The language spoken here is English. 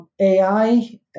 AI